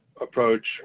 approach